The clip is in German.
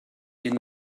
mir